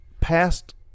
past